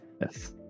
Yes